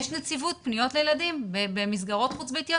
יש נציבות פניות לילדים במסגרות חוץ-ביתיות,